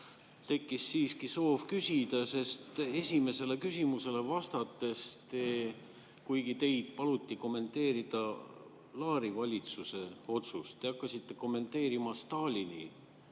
tekkis siiski soov küsida. Esimesele küsimusele vastates, kuigi teil paluti kommenteerida Laari valitsuse otsust, hakkasite te kommenteerima Stalini